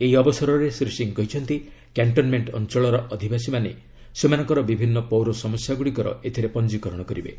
ଏହି ଅବସରରେ ଶ୍ରୀ ସିଂ କହିଛନ୍ତି କ୍ୟାଣ୍ଟନମେଣ୍ଟ ଅଞ୍ଚଳର ଅଧିବାସୀମାନେ ସେମାନଙ୍କର ବିଭିନ୍ନ ପୌର ସମସ୍ୟାଗୁଡ଼ିକର ଏଥିରେ ପଞ୍ଜିକରଣ କରିବେ